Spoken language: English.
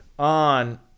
on